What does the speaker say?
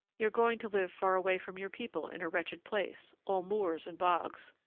you're going to live far away from your people in a wretched place, all moors and bogs,